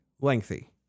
lengthy